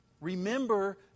Remember